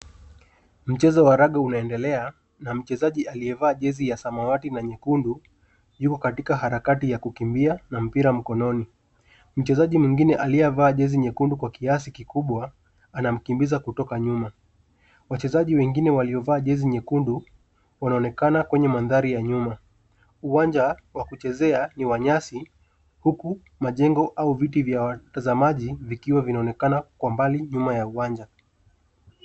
Mchezo wa raga unaendelea na mchezaji aliyevaa jezi ya samawati na nyekundu yuko katika harakati ya kukimbia na mpira mkononi. Mchezaji mwingine aliyevaa jezi nyekundu kwa kiasi kikubwa, anamkimbiza kutoka nyuma. Wachezaji wengine waliovaa jezi nyekundu, wanaonekana kwenye mandhari ya nyuma. Uwanja wa kuchezea ni wa nyasi, huku majengo au viti vya watazamaji vikiwa vinaonekana kwa mbali, nyuma ya uwanja.